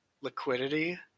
liquidity